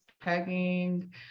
pegging